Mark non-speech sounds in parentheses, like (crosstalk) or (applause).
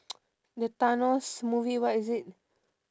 (noise) the thanos movie what is it